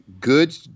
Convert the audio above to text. good